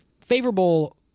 favorable